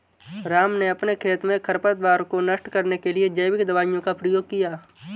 राम ने अपने खेत में खरपतवार को नष्ट करने के लिए जैविक दवाइयों का प्रयोग किया